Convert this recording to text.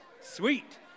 Sweet